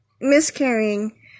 miscarrying